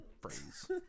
phrase